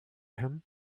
him